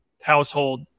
household